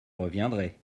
reviendrai